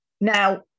Now